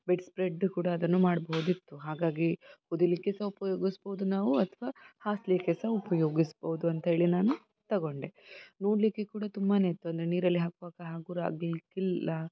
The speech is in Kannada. ಬೆಡ್ ಸ್ಪ್ರೆಡ್ ಕೂಡ ಅದನ್ನು ಮಾಡ್ಬೌದಿತ್ತು ಹಾಗಾಗಿ ಹೊದಿಲಿಕ್ಕೆ ಸಹ ಉಪಯೋಗಿಸ್ಬೌದು ನಾವು ಅಥವಾ ಹಾಸಲಿಕ್ಕೆ ಸಹ ಉಪಯೋಗಿಸ್ಬೌದು ಅಂತ ಹೇಳಿ ನಾನು ತಗೊಂಡೆ ನೋಡಲಿಕ್ಕೆ ಕೂಡ ತುಂಬಾ ಇತ್ತು ಅಂದರೆ ನೀರಲ್ಲಿ ಹಾಕುವಾಗ ಹಗುರ ಆಗಲಿಕ್ಕಿಲ್ಲ